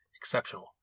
exceptional